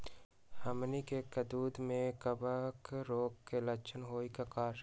हमनी के कददु में कवक रोग के लक्षण हई का करी?